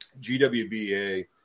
gwba